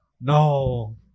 No